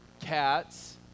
cats